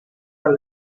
our